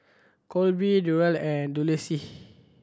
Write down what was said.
Kolby Durell and Dulcie